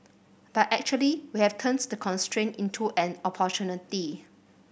but actually we have turned the constraint into an opportunity